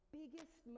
biggest